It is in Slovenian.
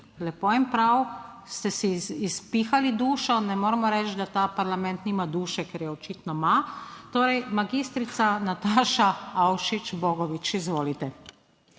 lepo in prav, ste si izpihali dušo, ne moremo reči, da ta parlament nima duše, ker je očitno ima. Torej, magistrica Nataša Avšič Bogovič, izvolite.